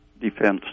defense